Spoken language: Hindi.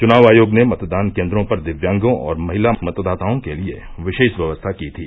चुनाव आयोग ने मतदान केन्द्रों पर दिव्यांगों और महिला मतदाताओं के लिये विशेष व्यवस्था की थी